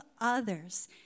others